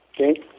okay